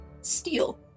Steal